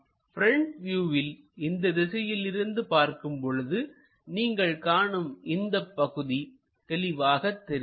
front வியூவில் இந்த திசையிலிருந்து பார்க்கும் பொழுது நீங்கள் காணும் இந்த பகுதி தெளிவாக தெரியும்